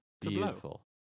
Beautiful